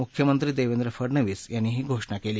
मुख्यमंत्री देवेंद्र फडणवीस यांनी ही घोषणा केली